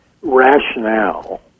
rationale